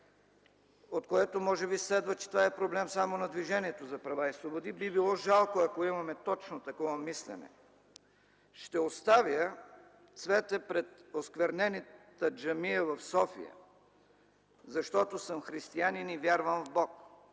от което може би следва, че това е проблем само на Движението за права и свободи. Би било жалко, ако имаме точно такова мислене. „Ще оставя цвете пред осквернената джамия в София, защото съм християнин и вярвам в Бог;